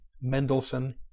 Mendelssohn